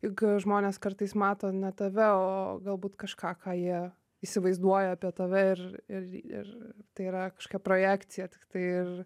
juk žmonės kartais mato ne tave o galbūt kažką ką jie įsivaizduoja apie tave ir ir ir tai yra kažkokia projekcija tiktai ir